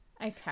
Okay